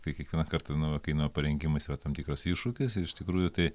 kai kiekvieną kartą nu kainų parinkimas yra tam tikras iššūkis iš tikrųjų tai